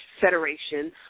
Federation